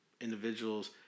individuals